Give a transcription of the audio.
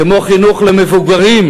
כמו חינוך למבוגרים